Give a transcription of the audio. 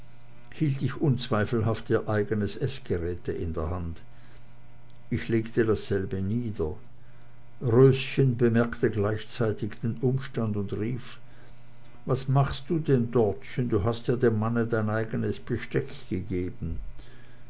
ich unzweifelhaft ihr eigenes eßgeräte in der hand ich legte dasselbe nieder röschen bemerkte gleichzeitig den umstand und rief was machst du denn dortchen du hast ja dem manne dein eigenes besteck gegeben